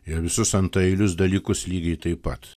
ir visus antraeilius dalykus lygiai taip pat